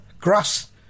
Grass